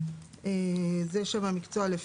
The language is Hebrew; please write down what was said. זה שם המקצוע.